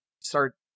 start